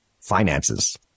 finances